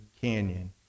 Canyon